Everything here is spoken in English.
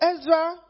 Ezra